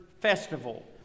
festival